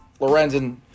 Lorenzen